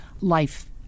life